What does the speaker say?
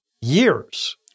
years